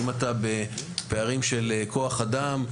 אם אתה בפערים של כוח אדם,